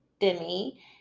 Demi